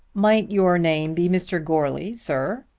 might your name be mr. goarly, sir?